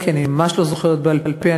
כי אני ממש לא זוכרת בעל-פה.